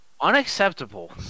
Unacceptable